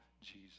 Jesus